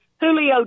Julio